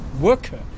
worker